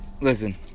listen